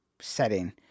setting